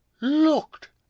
looked